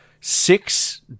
Six